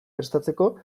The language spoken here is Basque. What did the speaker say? prestatzeko